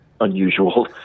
unusual